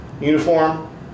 uniform